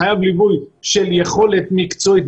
חייב ליווי של יכולת מקצועית,